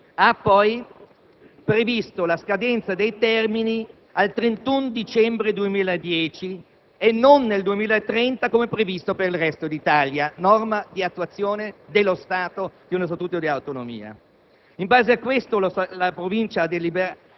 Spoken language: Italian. *(Aut)*. Poi, in esecuzione di ciò, la legge provinciale, nel rispetto degli obblighi derivanti dall'ordinamento comunitario e degli accordi internazionali, ha previsto